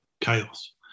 chaos